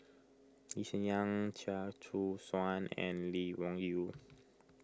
Lee Hsien Yang Chia Choo Suan and Lee Wung Yew